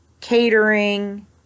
catering